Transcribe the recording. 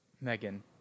Megan